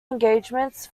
engagements